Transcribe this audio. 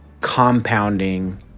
compounding